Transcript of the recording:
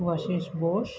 Shubhashis Bose